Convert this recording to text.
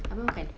abeh makan